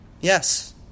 Yes